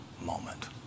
moment